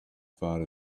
far